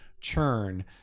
churn